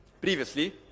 Previously